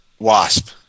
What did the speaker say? wasp